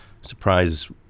surprise